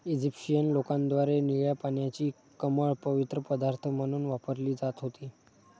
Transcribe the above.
Egyptian लोकांद्वारे निळ्या पाण्याची कमळ पवित्र पदार्थ म्हणून वापरली जात होती